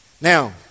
Now